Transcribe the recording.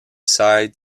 side